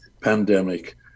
pandemic